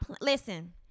Listen